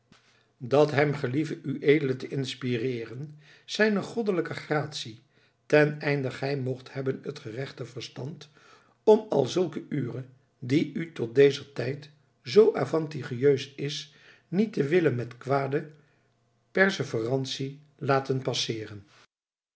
dat hem gelieve u e te inspireren sijne goddelicke gratie teneynde ghy mocht hebben t gerechte verstant om alsulcken uyre die u tot deser tijdt so avantagieus is niet te willen met quade perseverantie laten passere